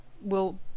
will-